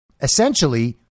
essentially